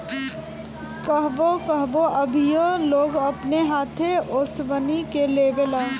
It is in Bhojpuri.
कहवो कहवो अभीओ लोग अपन हाथे ओसवनी के लेवेला